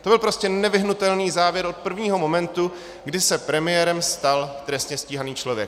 To byl prostě nevyhnutelný závěr od prvního momentu, kdy se premiérem stal trestně stíhaný člověk.